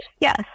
Yes